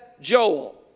Joel